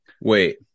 wait